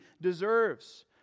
deserves